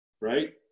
right